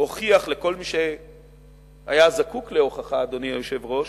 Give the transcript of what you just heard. הוכיח לכל מי שהיה זקוק להוכחה, אדוני היושב-ראש,